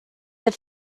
that